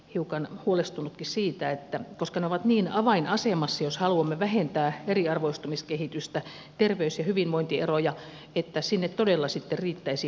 minäkin olen siitä kiinnostunut ja hiukan huolestunutkin koska se on niin avainasemassa jos haluamme vähentää eriarvoistumiskehitystä terveys ja hyvinvointieroja siitä että sinne todella sitten riittäisi paukkuja